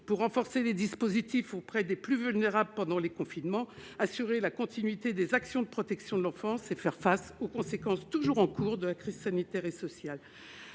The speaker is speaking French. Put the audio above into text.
pour renforcer les dispositifs auprès des plus vulnérables durant les confinements successifs, assurer la continuité des actions de protection de l'enfance et faire face aux conséquences toujours en cours de la crise sanitaire et sociale.